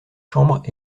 chambres